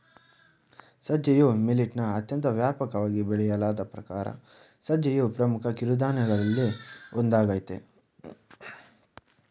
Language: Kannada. ಸಜ್ಜೆಯು ಮಿಲಿಟ್ನ ಅತ್ಯಂತ ವ್ಯಾಪಕವಾಗಿ ಬೆಳೆಯಲಾದ ಪ್ರಕಾರ ಸಜ್ಜೆಯು ಪ್ರಮುಖ ಕಿರುಧಾನ್ಯಗಳಲ್ಲಿ ಒಂದಾಗಯ್ತೆ